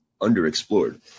underexplored